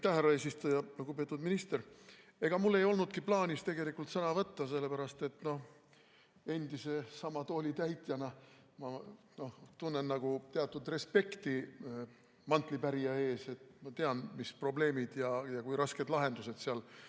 härra eesistuja! Lugupeetud minister! Ega mul ei olnudki plaanis sõna võtta, sellepärast et endise sama tooli täitjana ma tunnen nagu teatud respekti mantlipärija ees, ma tean, mis on probleemid ja kui rasked lahendused seal on.